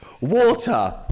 water